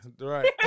right